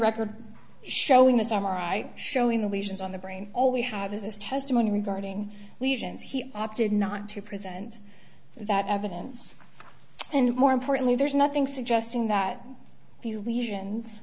record showing this m r i showing the lesions on the brain all we have is his testimony regarding lesions he opted not to present that evidence and more importantly there's nothing suggesting that the lesions